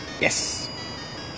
Yes